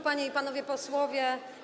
Panie i Panowie Posłowie!